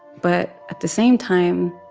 but at the same time,